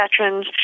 veterans